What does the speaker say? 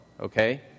okay